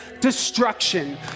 destruction